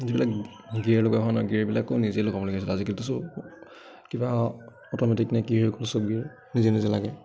যিবিলাক গিয়েৰ লগোৱা হয় ন গিয়েৰবিলাকো নিজে লগাব লগা হৈছিলে আজিকালিতো চব কিবা অট'মেটিক নে কি হৈ গ'ল চব গিয়েৰ নিজে নিজে লাগে